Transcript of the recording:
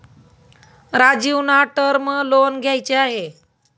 राजीवना term loan घ्यायचे आहे